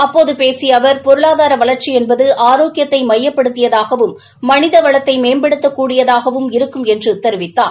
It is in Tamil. அப்போது பேசிய அவர் பொருளதார வளர்ச்சி என்பது ஆரோக்கியத்தை எமயப்படுத்தியதாகவும் மனித வளத்தை மேம்படுத்தக் கூடியதாகவும் இருக்கும் என்று தெரிவித்தார்